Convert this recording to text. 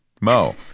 Mo